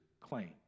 claim